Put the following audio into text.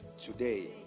Today